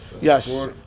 Yes